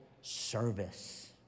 service